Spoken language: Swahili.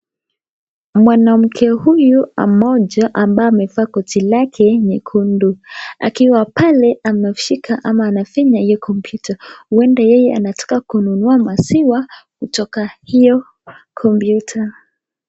Mwanamke huyu mmoja ambaye amevaa koti lake nyekundu akiwa pale ameshika ama anafinya hiyo kompyuta. Huenda yeye anataka kununua hiyo maziwa kutoka hiyo kompyuta.